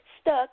stuck